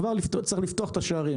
צריך לפתוח את השערים.